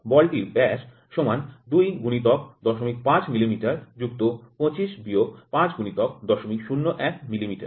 বলটির ব্যাস সমান ২ গুণিতক ০৫ মিলিমিটার যুক্ত ২৫ বিয়োগ ৫ গুণিতক ০০১ মিলিমিটার